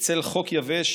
בצל חוק יבש